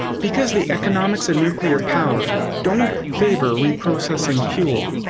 because the economics of nuclear power don't favor reprocessing fuel,